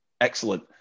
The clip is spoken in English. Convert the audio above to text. excellent